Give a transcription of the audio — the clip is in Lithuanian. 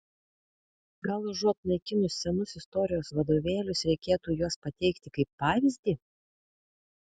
gal užuot naikinus senus istorijos vadovėlius reikėtų juos pateikti kaip pavyzdį